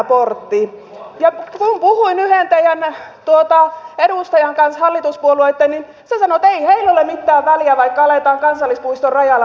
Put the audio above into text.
kun puhuin yhden teidän hallituspuolueitten edustajan kanssa niin hän sanoi että ei heillä ole mitään väliä vaikka aletaan kansallispuiston rajalla periä maksu